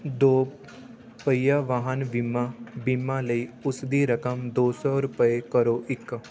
ਦੋ ਪਹੀਆ ਵਾਹਨ ਬੀਮਾ ਬੀਮਾ ਲਈ ਉਸ ਦੀ ਰਕਮ ਦੋ ਸੌ ਰੁਪਏ ਕਰੋ ਇੱਕ